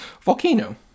Volcano